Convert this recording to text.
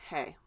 Hey